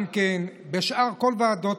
גם בשאר כל הוועדות,